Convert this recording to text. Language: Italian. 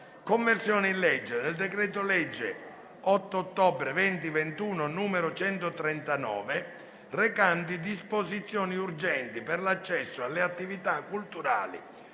«Conversione in legge del decreto-legge 8 ottobre 2021, n. 139 recante disposizioni urgenti per l'accesso alle attività culturali,